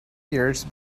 years